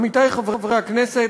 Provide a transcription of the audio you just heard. עמיתי חברי הכנסת,